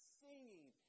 singing